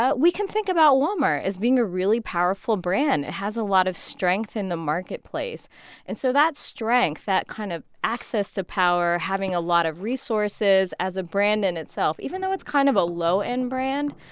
we can think about wal-mart as being a really powerful brand it has a lot of strength in the marketplace and so that strength, that kind of access to power having a lot of resources as a brand in itself even though it's kind of a low-end brand,